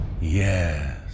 Yes